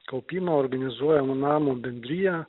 kaupimą organizuoja nu namo bendrija